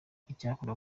icyakorwa